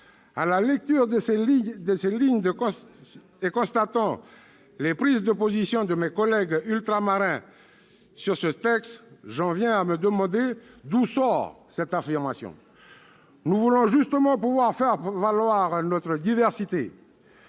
À la lecture de ces lignes et constatant les prises de position de mes collègues Ultramarins sur ce texte, j'en viens à me demander d'où sort cette affirmation. Il faut un référendum ! Nous voulons justement pouvoir faire valoir notre diversité